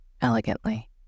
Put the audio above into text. Elegantly